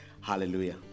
Hallelujah